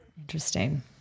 Interesting